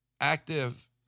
active